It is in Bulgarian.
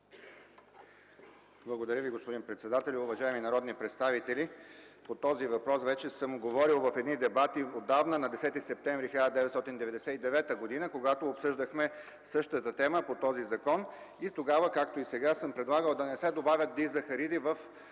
Благодаря Ви, господин председателю. Уважаеми народни представители, по този въпрос вече съм говорил в едни дебати – отдавна, на 10 септември 1999 г., когато обсъждахме същата тема по този закон. И тогава, както и сега, съм предлагал да не се добавят дизахариди в